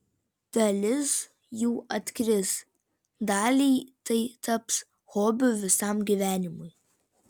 dalis jų atkris daliai tai taps hobiu visam gyvenimui